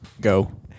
Go